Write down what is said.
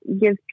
give